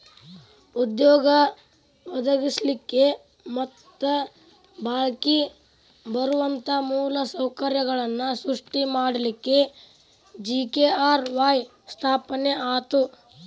ಉದ್ಯೋಗ ಒದಗಸ್ಲಿಕ್ಕೆ ಮತ್ತ ಬಾಳ್ಕಿ ಬರುವಂತ ಮೂಲ ಸೌಕರ್ಯಗಳನ್ನ ಸೃಷ್ಟಿ ಮಾಡಲಿಕ್ಕೆ ಜಿ.ಕೆ.ಆರ್.ವಾಯ್ ಸ್ಥಾಪನೆ ಆತು